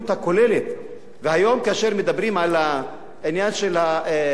כאשר מדברים על העניין של ההגנה על העורף,